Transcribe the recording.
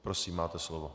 Prosím, máte slovo.